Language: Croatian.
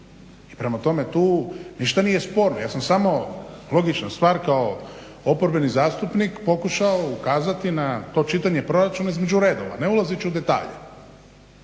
I prema tome, tu ništa nije sporno. Ja sam samo logična stvar kao oporbeni zastupnik pokušao ukazati na to čitanje proračuna između redova ne ulazeći u detalje,